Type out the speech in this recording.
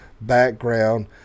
background